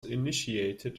initiated